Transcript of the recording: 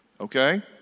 okay